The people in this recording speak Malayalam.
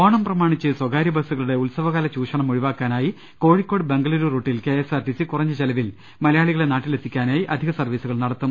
ഓണം പ്രമാണിച്ച് സ്ഥകാര്യ ബസുകളുടെ ഉത്സവകാല ചൂഷണം ഒഴിവാക്കുവാനായി കോഴിക്കോട് ബെങ്കലൂരു റൂട്ടിൽ കെഎസ് ആർടിസി കുറഞ്ഞ ചിലവിൽ മലയാളികളെ നാട്ടിലെത്തിക്കാനായി അധിക സർവ്വീസുകൾ നടത്തും